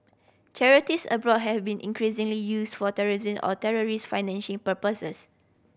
charities abroad have been increasingly use for or terrorist financing purposes